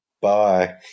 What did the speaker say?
Bye